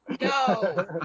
No